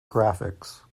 graphics